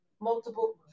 multiple